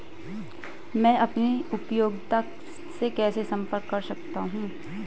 मैं अपनी उपयोगिता से कैसे संपर्क कर सकता हूँ?